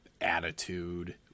attitude